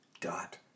dot